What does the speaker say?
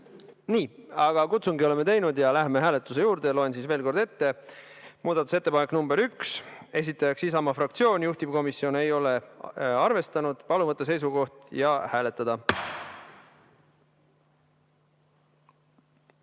hääletada! Kutsungi oleme teinud ja läheme hääletuse juurde. Loen veel kord ette. Muudatusettepanek nr 1, esitajaks Isamaa fraktsioon, juhtivkomisjon ei ole arvestanud. Palun võtta seisukoht ja hääletada!